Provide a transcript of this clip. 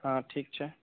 हँ ठीक छै